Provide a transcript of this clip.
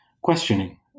questioning